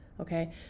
Okay